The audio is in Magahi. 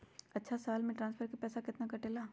अछा साल मे ट्रांसफर के पैसा केतना कटेला?